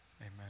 Amen